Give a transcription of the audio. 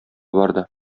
барды